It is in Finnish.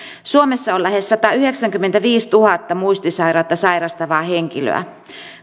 suomessa on lähes satayhdeksänkymmentäviisituhatta muistisairautta sairastavaa henkilöä